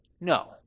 No